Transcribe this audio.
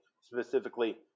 specifically